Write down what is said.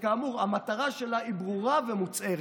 שכאמור המטרה שלה ברורה ומוצהרת.